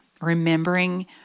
remembering